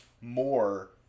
more